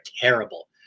terrible